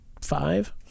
five